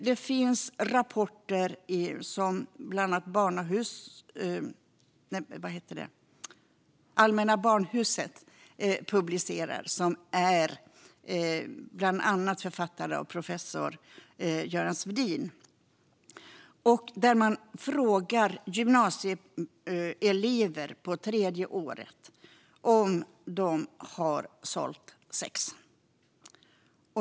Det finns rapporter som Allmänna Barnhuset publicerar, som är författade av bland andra professor Carl Göran Svedin, där man frågar gymnasieelever på tredje året om de har sålt sex.